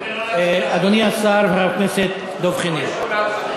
אדוני השר וחבר הכנסת דב חנין.